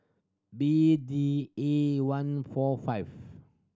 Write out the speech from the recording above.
B D A one four five